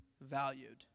valued